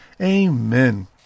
Amen